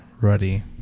Ruddy